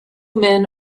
men